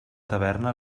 taverna